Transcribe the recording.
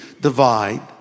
divide